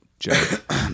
Joke